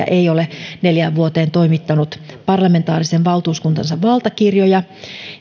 ei ole neljään vuoteen toimittanut parlamentaarisen valtuuskuntansa valtakirjoja